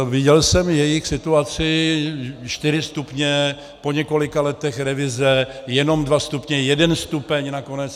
Viděl jsem jejich situaci čtyři stupně, po několika letech revize jenom dva stupně, jeden stupeň nakonec atd.